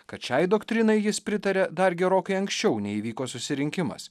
kad šiai doktrinai jis pritarė dar gerokai anksčiau nei įvyko susirinkimas